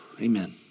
Amen